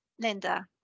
linda